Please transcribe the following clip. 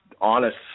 honest